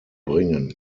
bringen